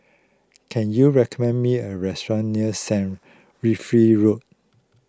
can you recommend me a restaurant near Saint Wilfred Road